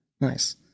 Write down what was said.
Nice